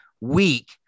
week